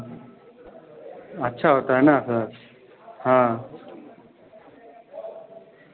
अच्छा होता है न सर हाँ